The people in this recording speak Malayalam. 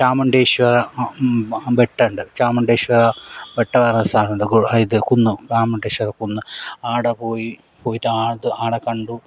ചാമുണ്ടേശ്വരം ബെട്ടയുണ്ട് ചാമുണ്ഡേശ്വര ബെട്ട പറഞ്ഞ സ്ഥലമുണ്ട് ഇതു കുന്ന് ചാമുണ്ഡേശ്വര കുന്ന് ആടെ പോയി പോയിട്ടു ആത് ആളെ കണ്ടു